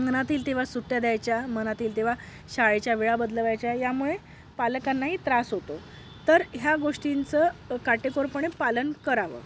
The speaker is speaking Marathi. मनात येईल तेव्हा सुट्ट्या द्यायच्या मनात येईल तेव्हा शाळेच्या वेळा बदलवायच्या यामुळे पालकांनाही त्रास होतो तर ह्या गोष्टींचं काटेकोरपणे पालन करावं